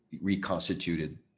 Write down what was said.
reconstituted